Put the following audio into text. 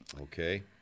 Okay